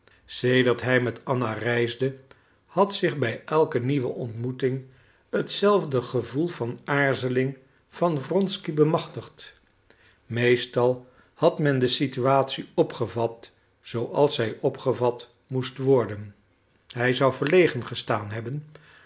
sedert hij met anna reisde had zich bij elke nieuwe ontmoeting hetzelfde gevoel van aarzeling van wronsky bemachtigd meestal had men de situatie opgevat zooals zij opgevat moest worden hij zou verlegen gestaan hebben